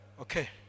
Okay